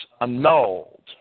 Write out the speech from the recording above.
annulled